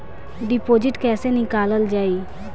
Deposit कैसे निकालल जाइ?